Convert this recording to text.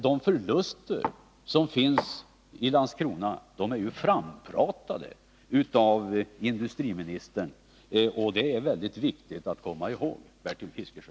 De förluster som gjorts i Landskrona är alltså frampratade av industriministern, och det är viktigt att komma ihåg, Bertil Fiskesjö.